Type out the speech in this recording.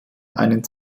einen